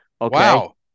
Wow